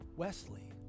Wesley